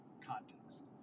context